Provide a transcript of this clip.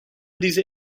diese